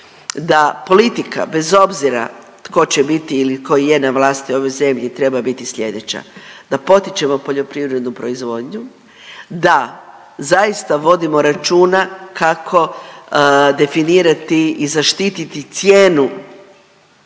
da politika, bez obzira tko će biti ili tko je na vlasti u ovoj zemlji, treba biti sljedeća, da potičemo poljoprivrednu proizvodnju, da zaista vodimo računa kako definirati i zaštititi cijenu